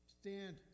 stand